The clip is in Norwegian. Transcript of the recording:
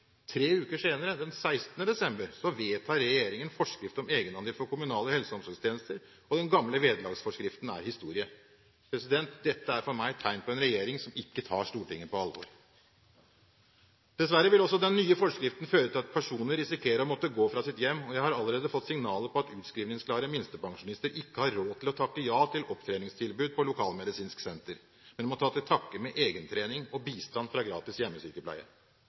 Tre uker senere, den 16. desember, vedtar regjeringen forskrift om egenandel for kommunale helse- og omsorgstjenester, og den gamle vederlagsforskriften er historie. Dette er for meg tegn på en regjering som ikke tar Stortinget på alvor. Dessverre vil også den nye forskriften føre til at personer risikerer å måtte gå fra sitt hjem, og jeg har allerede fått signaler på at utskrivningsklare minstepensjonister ikke har råd til å takke ja til opptreningstilbud på lokalmedisinsk senter, men må ta til takke med egentrening og bistand fra en gratis hjemmesykepleie.